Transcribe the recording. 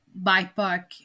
BIPOC